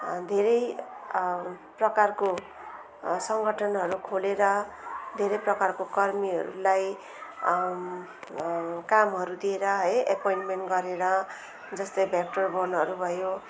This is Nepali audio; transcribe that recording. धेरै प्रकारको सङ्गठनहरू खोलेर धेरै प्रकारको कर्मीहरूलाई कामहरू दिएर है एपोइन्टमेन्ट गरेर जस्तै भेक्टर बोनहरू भयो